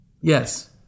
Yes